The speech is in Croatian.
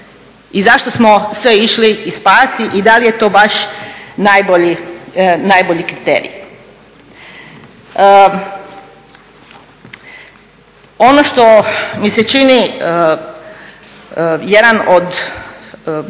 i zašto smo sve išli i spajati, i da li je to baš najbolji kriterij? Ono što mi se čini, jedan od